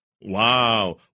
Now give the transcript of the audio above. Wow